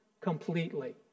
completely